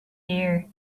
year